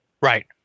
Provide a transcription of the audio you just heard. Right